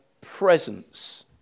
presence